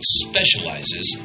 specializes